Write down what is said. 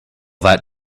that